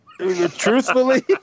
Truthfully